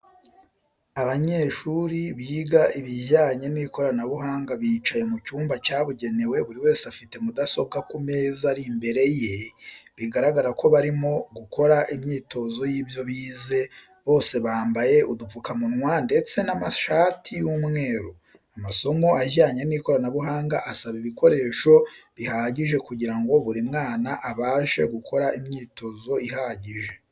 Abanyeshuri biga ibijyanye n'ikoranabuhanga bicaye mu cyumba cyabugenewe buri wese afite mudasobwa ku meza ari imbere ye bigaragara ko barimo gukora imyitozo y'ibyo bize, bose bambaye udupfukamunwa ndetse n'amashati y'umweru. Amasomo ajyanye n'ikoranabuhanga asaba ibikoreso bihagije kugira ngo buri mwana abashe gukora imyitozo ihagije.